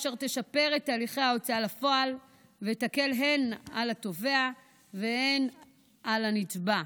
אשר תשפר את הליכי ההוצאה לפועל ותקל הן על התובע והן על הנתבע.